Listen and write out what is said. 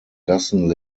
gassen